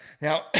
Now